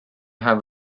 have